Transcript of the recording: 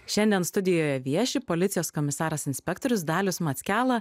šiandien studijoje vieši policijos komisaras inspektorius dalius mackela